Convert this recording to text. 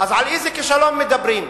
אז על איזה כישלון מדברים?